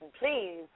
Please